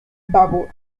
babor